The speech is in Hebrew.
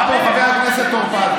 בא פה חבר הכנסת טור פז,